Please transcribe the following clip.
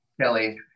Kelly